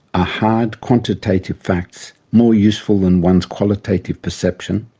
ah hard, quantitative facts more useful than one's qualitative perception?